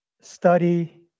study